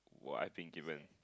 what I've been given